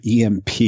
EMP